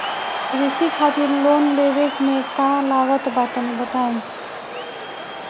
कृषि खातिर लोन लेवे मे का का लागत बा तनि बताईं?